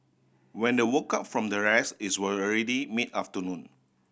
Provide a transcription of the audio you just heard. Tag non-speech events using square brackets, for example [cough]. when the woke up from the rest it's were [unintelligible] already mid afternoon